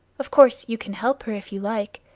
of course you can help her if you like.